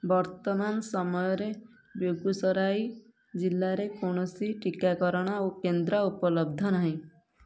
ବର୍ତ୍ତମାନ ସମୟରେ ବେଗୁସରାଇ ଜିଲ୍ଲାରେ କୌଣସି ଟିକାକରଣ କେନ୍ଦ୍ର ଉପଲବ୍ଧ ନାହିଁ